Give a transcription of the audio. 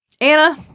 Anna